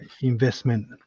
investment